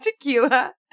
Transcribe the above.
tequila